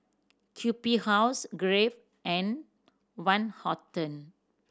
Q B House Crave and Van Houten